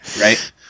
right